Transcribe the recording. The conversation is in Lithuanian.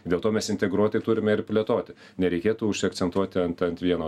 dėl to mes integruotai turime ir plėtoti nereikėtų užsiakcentuoti ant ant vieno